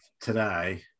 today